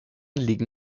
liegen